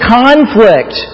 conflict